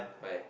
why